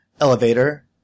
elevator